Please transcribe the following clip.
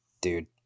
dude